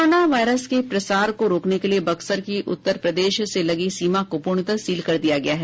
corona virus के प्रसार को रोकने के लिए बक्सर की उत्तर प्रदेश से लगी सीमा को पूर्णतः सील कर दिया गया है